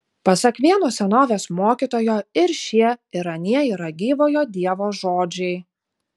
pasak vieno senovės mokytojo ir šie ir anie yra gyvojo dievo žodžiai